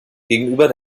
gegenüber